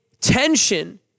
tension